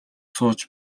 сууж